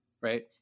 right